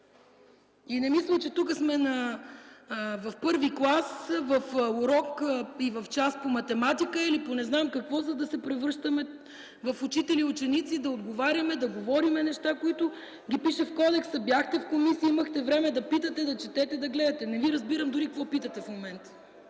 И не мисля, че тук сме в І клас, в урок, в час по математика или по не знам какво, за да се превръщаме в учители и ученици – да отговаряме, да говорим неща, които ги пише в кодекса. Бяхте в комисията, имахте време да питате, да четете, да гледате. Не Ви разбирам дори какво питате в момента.